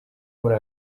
muri